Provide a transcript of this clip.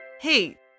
Hey